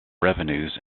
revenues